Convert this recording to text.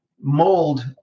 mold